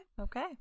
Okay